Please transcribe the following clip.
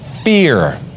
Fear